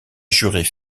jurer